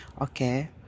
okay